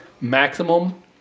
maximum